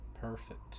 Perfect